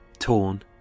torn